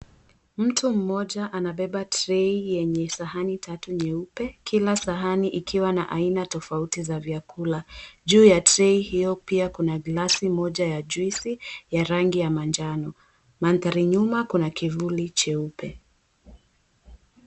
Mtu mmoja anabeba trei yenye sahani tatu nyeupe. Kila sahani ikiwa na aina tofauti za vyakula. Juu ya trei hiyo pia kuna glasi moja ya juisi ya rangi ya manjano. Mandari nyuma kuna kivuli cheupe.